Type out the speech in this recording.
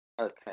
okay